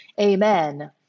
amen